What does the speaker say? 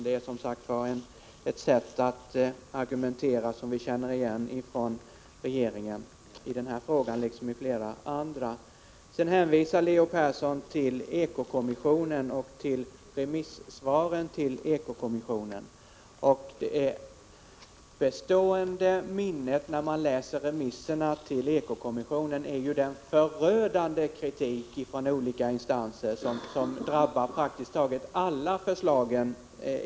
Det är som sagt ett sätt att argumentera som vi känner igen från regeringen, i den här frågan liksom i flera andra. Sedan hänvisar Leo Persson till eko-kommissionen och till remissvaren på dess förslag. Det bestående minnet av remisserna är den förödande kritik från olika instanser som drabbar praktiskt taget alla förslagen.